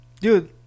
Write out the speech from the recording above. dude